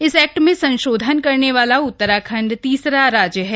इस एक्ट में संशोधन करने वाला उत्तराखंड तीसरा राज्य है